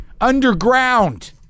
underground